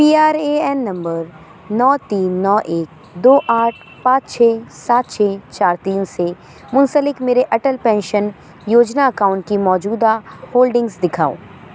P R A N number نو تین نو ایک دو آٹھ پانچ چھ سات چھ چار تین سے منسلک میرے اٹل پینشن یوجنا اکاؤن کی موجودہ ہولڈنگز دکھاؤ